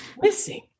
missing